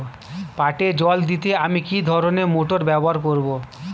পাটে জল দিতে আমি কি ধরনের মোটর ব্যবহার করব?